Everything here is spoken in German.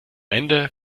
ende